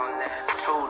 two